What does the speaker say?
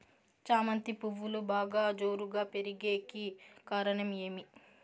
చామంతి పువ్వులు బాగా జోరుగా పెరిగేకి కారణం ఏమి?